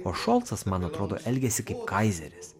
o šolcas man atrodo elgiasi kaip kaizeris